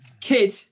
kid